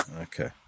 Okay